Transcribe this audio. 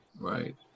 Right